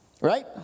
Right